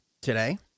today